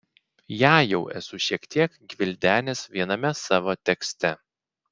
ją jau esu šiek tiek gvildenęs viename savo tekste